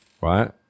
right